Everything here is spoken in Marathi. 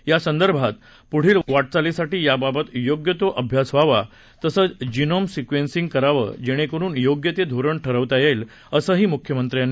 यासंदर्भात पुढील वाटचालीसाठी याबात योग्य तो अभ्यास व्हावा तसेच जिनोम सिक्वेन्सिंग करावे जेणे करून योग्य ते धोरण ठरवता येईल असंही मुख्यमंत्री यांनी सांगितलं